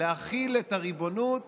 להחיל את הריבונות